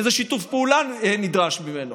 איזה שיתוף פעולה נדרש ממנו,